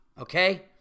Okay